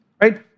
right